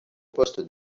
poste